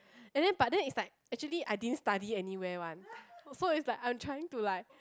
and then but then it's like actually I didn't study anywhere one so is like I'm trying to like